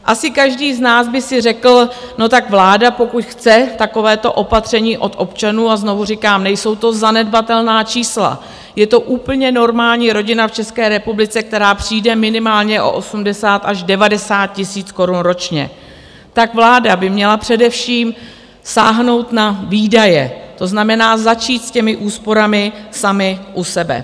Asi každý z nás by si řekl, vláda, pokud chce takovéto opatření od občanů a znovu říkám, nejsou to zanedbatelná čísla, je to úplně normální rodina v České republice, která přijde minimálně o 80 až 90 tisíc korun ročně by měla především sáhnout na výdaje, to znamená, začít s úsporami sami u sebe.